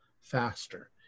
faster